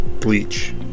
bleach